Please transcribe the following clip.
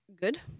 good